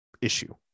issue